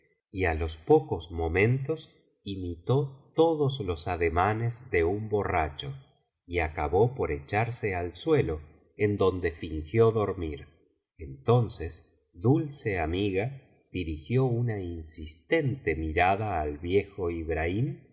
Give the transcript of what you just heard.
y á los pocos momentos imitó todos los ademanes de un borracho y acabó por echarse al suelo en donde fingió dormir entonces dulce amiga dirigió una insistente mirada al viejo ibrahim